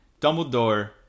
Dumbledore